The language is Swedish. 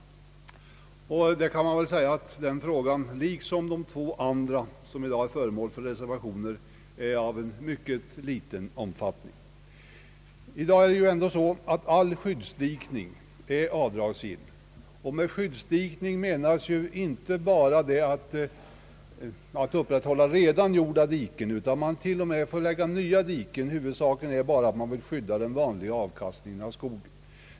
Den frågan liksom de två övriga som blivit föremål för reservationer är av liten omfattning. All skyddsdikning är i dag avdragsgill; och med skyddsdikning menas inte bara att upprätthålla redan gjorda diken, utan man får t.o.m. lägga ut nya diken. Huvudsaken är att man vill skydda den vanliga avkastningen av skog.